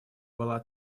была